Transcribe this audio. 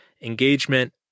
Engagement